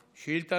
שאילתות.